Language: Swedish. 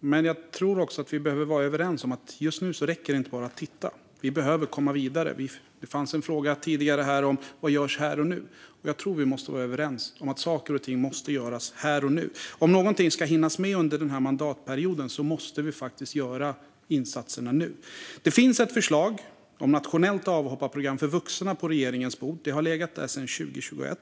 men jag tror att vi behöver vara överens om att just nu räcker det inte att bara titta. Vi behöver komma vidare. Det kom en fråga tidigare om vad som görs här och nu. Jag tror att vi måste vara överens om att saker och ting måste göras här och nu. Om någonting ska hinnas med under den här mandatperioden måste vi faktiskt göra insatserna nu. Det ligger ett förslag om ett nationellt avhopparprogram för vuxna på regeringens bord. Det har legat där sedan 2021.